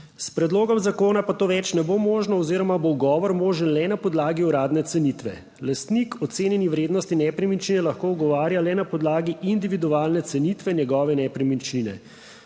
S predlogom zakona pa to več ne bo možno oziroma bo ugovor možen le na podlagi uradne cenitve. Lastnik ocenjeni vrednosti nepremičnine lahko ugovarja le na podlagi individualne cenitve njegove nepremičnine.